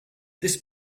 this